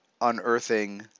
unearthing